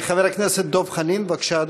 חבר הכנסת דב חנין, בבקשה,